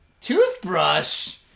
Toothbrush